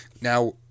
now